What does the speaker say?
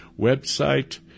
website